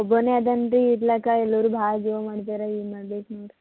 ಒಬ್ಬನೇ ಅದನ್ನು ರೀ ಇರ್ಲಾಕೆ ಎಲ್ಲರು ಭಾಳ ಜೋರು ಮಾಡ್ತಾರಾ ಏನು ಮಾಡ್ಬೇಕು ನೋಡಿರಿ